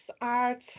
art